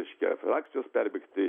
reiškia frakcijos perbėgti